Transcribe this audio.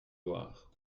voir